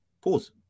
Pause